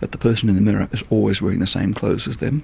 that the person in the mirror is always wearing the same clothes as them,